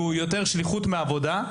שהוא יותר שליחות מעבודה,